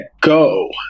go